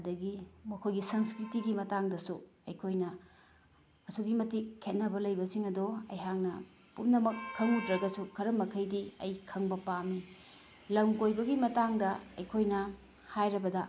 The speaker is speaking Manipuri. ꯑꯗꯒꯤ ꯃꯈꯣꯏꯒꯤ ꯁꯪꯀ꯭ꯔꯤꯇꯤꯒꯤ ꯃꯇꯥꯡꯗꯁꯨ ꯑꯩꯈꯣꯏꯅ ꯑꯁꯨꯛꯀꯤ ꯃꯇꯤꯛ ꯈꯦꯅꯕ ꯂꯩꯕꯁꯤꯡ ꯑꯗꯣ ꯑꯩꯍꯥꯛꯅ ꯄꯨꯝꯅꯃꯛ ꯈꯪꯎꯗ꯭ꯔꯒꯁꯨ ꯈꯔ ꯃꯈꯩꯗꯤ ꯑꯩ ꯈꯪꯕ ꯄꯥꯝꯃꯤ ꯂꯝ ꯀꯣꯏꯕꯒꯤ ꯃꯇꯥꯡꯗ ꯑꯩꯈꯣꯏꯅ ꯍꯥꯏꯔꯕꯗ